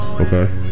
Okay